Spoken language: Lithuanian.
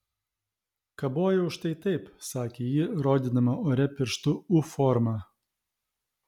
kabojau štai taip sakė ji rodydama ore pirštu u formą